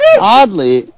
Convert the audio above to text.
Oddly